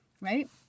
right